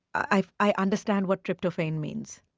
i i understand what tryptophan means